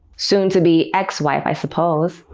soon to be ex-wife, i suppose,